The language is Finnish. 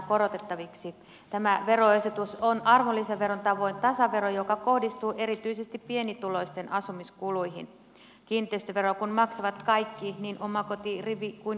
tämä veroesitys on arvonlisäveron tavoin tasavero joka kohdistuu erityisesti pienituloisten asumiskuluihin kiinteistöveroa kun maksavat kaikki niin omakoti rivi kuin kerrostaloissakin asuvat